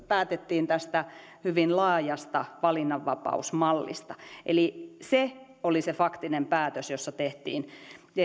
päätettiin tästä hyvin laajasta valinnanvapausmallista eli se oli se faktinen päätös jossa tehtiin